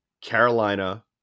Carolina